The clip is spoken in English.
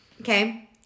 okay